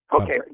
Okay